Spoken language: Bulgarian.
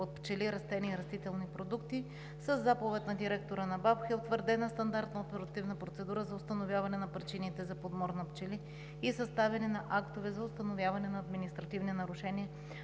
от пчели, растения и растителни продукти със заповед на директора на БАБХ е утвърдена стандартна оперативна процедура за установяване на причините за подмор на пчели и съставяне на актове за установяване на административни нарушения